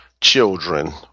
children